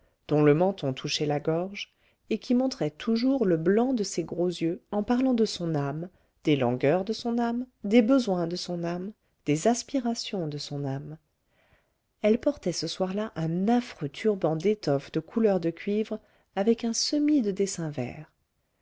dont le menton touchait la gorge et qui montrait toujours le blanc de ses gros yeux en parlant de son âme des langueurs de son âme des besoins de son âme des aspirations de son âme elle portait ce soir-là un affreux turban d'étoffe de couleur de cuivre avec un semis de dessins verts